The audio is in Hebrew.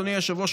אדוני היושב-ראש,